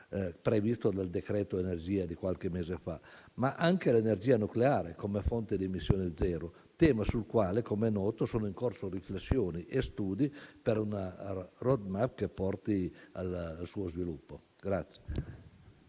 previsto dal decreto energia di qualche mese fa, ma anche l'energia nucleare come fonte ad emissioni zero, tema sul quale - com'è noto - sono in corso riflessioni e studi per una *road map* che porti al suo sviluppo.